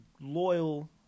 loyal